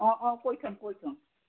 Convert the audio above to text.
অঁ অঁ কৈ থম কৈ থম